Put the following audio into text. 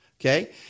okay